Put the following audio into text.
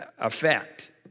effect